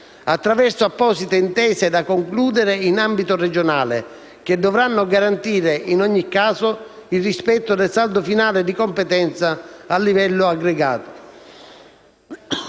attraverso apposite intese da concludere in ambito regionale, che dovranno garantire in ogni caso il rispetto del saldo finale di competenza a livello aggregato.